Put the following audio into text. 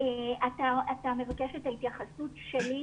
אתה מבקש את ההתייחסות שלי?